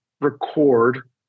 record